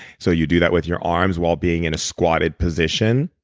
so you do that with your arms while being in a squatted position.